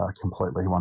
completely